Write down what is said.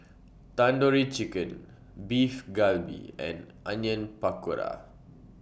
Tandoori Chicken Beef Galbi and Onion Pakora